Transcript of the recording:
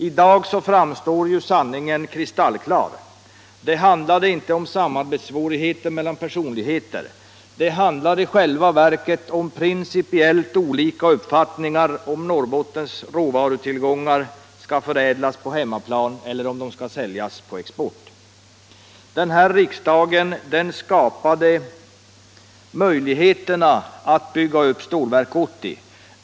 I dag framstår sanningen kristallklar. Det handlade inte om samarbetssvårigheter mellan personligheter, det handlade i själva verket om principiellt olika uppfattningar om huruvida Norrbottens råvarutillgångar skall förädlas på hemmaplan eller säljas på export. Den här riksdagen skapade möjligheterna att bygga upp Stålverk 80.